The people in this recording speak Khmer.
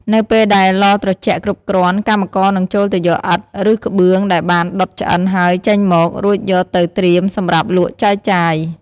នៅពេលដែលឡត្រជាក់គ្រប់គ្រាន់ កម្មករនឹងចូលទៅយកឥដ្ឋ ឬក្បឿងដែលបានដុតឆ្អិនហើយចេញមក រួចយកទៅត្រៀមសម្រាប់លក់ចែកចាយ។